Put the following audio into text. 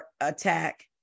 attack